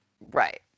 right